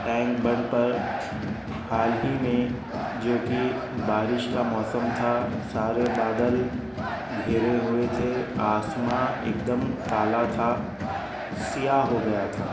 tank Bund پر حال ہی میں جو کہ بارش کا موسم تھا سارے بادل گھیرے ہوئے تھے آسماں ایک دم کالا تھا سیاہ ہو گیا تھا